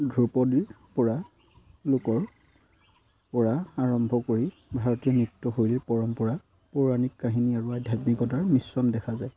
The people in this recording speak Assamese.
ধ্ৰুপদীৰপৰা লোকৰপৰা আৰম্ভ কৰি ভাৰতীয় নৃত্যশৈলীৰ পৰম্পৰা পৌৰাণিক কাহিনী আৰু আধ্যাত্মিকতাৰ মিশ্ৰণ দেখা যায়